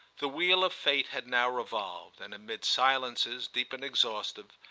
the wheel of fate had now revolved, and amid silences deep and exhaustive,